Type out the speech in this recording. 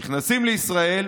נכנסים לישראל,